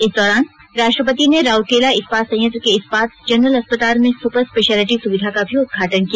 इस दौरान राष्ट्रपति ने राउरकेला इस्पात संयंत्र के इस्पात जनरल अस्पताल में सुपर स्पेशियलिटी सुविधा का भी उद्घाटन किया